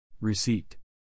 receipt